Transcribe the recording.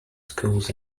schools